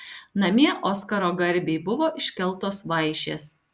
namie oskaro garbei buvo iškeltos vaišės